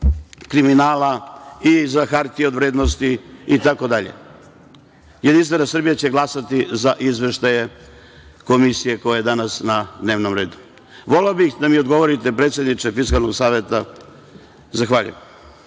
kriminala i za hartije od vrednosti itd. Jedinstvena Srbija će glasati za izveštaje Komisije koja je danas na dnevnom redu. Voleo bih da me odgovorite predsedniče Fiskalnog saveta. Zahvaljujem.